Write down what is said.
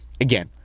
Again